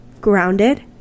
Grounded